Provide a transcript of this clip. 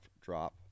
drop